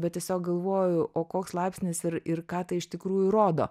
bet tiesiog galvoju o koks laipsnis ir ir ką tai iš tikrųjų rodo